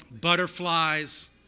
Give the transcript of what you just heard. butterflies